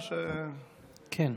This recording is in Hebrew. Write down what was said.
כן.